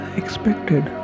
expected